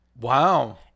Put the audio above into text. wow